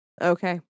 Okay